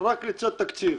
רק לצד תקציב.